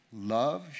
love